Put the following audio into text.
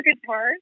guitar